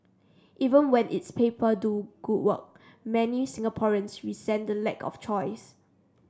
even when its paper do good work many Singaporeans resent the lack of choice